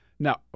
Now